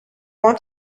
want